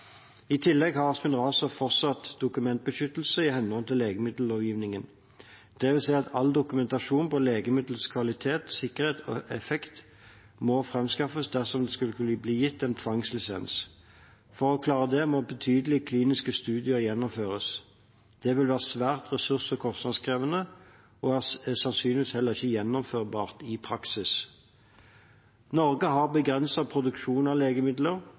I tillegg har Spinraza fortsatt dokumentbeskyttelse i henhold til legemiddellovgivningen, dvs. at all dokumentasjon på legemiddelets kvalitet, sikkerhet og effekt må framskaffes dersom det skulle bli gitt en tvangslisens. For å klare det må betydelige kliniske studier gjennomføres. Det vil være svært ressurs- og kostnadskrevende og er sannsynligvis heller ikke gjennomførbart i praksis. Norge har begrenset produksjon av legemidler,